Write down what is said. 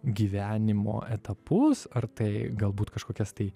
gyvenimo etapus ar tai galbūt kažkokias tai